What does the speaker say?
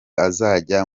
azajya